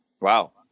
Wow